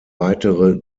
weitere